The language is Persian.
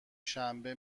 شنبه